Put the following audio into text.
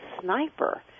sniper